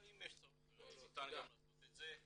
אבל אם יש צורך ניתן גם לעשות את זה.